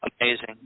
amazing